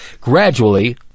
Gradually